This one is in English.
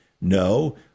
No